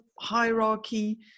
hierarchy